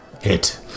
Hit